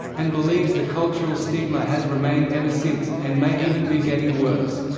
and believes the cultural stigma has remained ever since, and may even be getting worse.